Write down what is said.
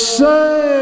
say